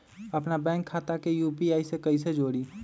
अपना बैंक खाता के यू.पी.आई से कईसे जोड़ी?